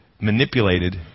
manipulated